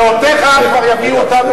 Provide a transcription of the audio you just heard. דעותיך כבר יביאו אותנו,